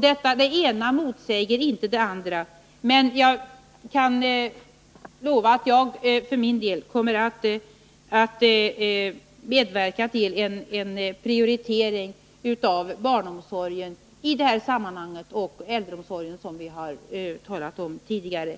Det ena motsäger inte det andra, men jag kan lova att jag för min del kommer att medverka till en prioritering av barnomsorg och äldreomsorg i det sammanhang som vi har talat om tidigare.